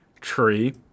tree